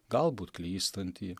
galbūt klystantį